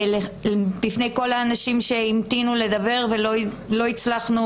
בפני כל האנשים שהמתינו לדבר ולא הצלחנו